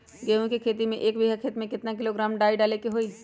गेहूं के खेती में एक बीघा खेत में केतना किलोग्राम डाई डाले के होई?